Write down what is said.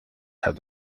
have